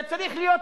זה צריך להיות,